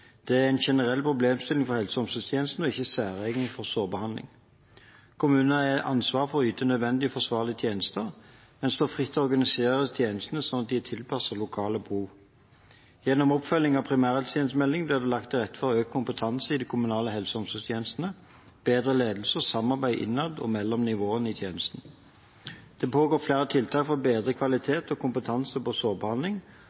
Dette er en generell problemstilling for helse- og omsorgstjenesten og er ikke særegent for sårbehandling. Kommunen er ansvarlig for å yte nødvendige og forsvarlige tjenester, men står fritt til å organisere tjenestene sånn at de er tilpasset lokale behov. Gjennom oppfølging av primærhelsetjenestemeldingen blir det lagt til rette for økt kompetanse i de kommunale helse- og omsorgstjenestene, bedre ledelse og samarbeid innad og mellom nivåene i tjenesten. Det pågår flere tiltak for å bedre